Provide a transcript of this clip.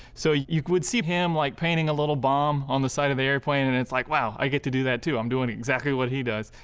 so you would see him like painting a little bomb on the side of the airplane, and it's like, wow, i get to do that too. i'm doing exactly what he does.